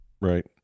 Right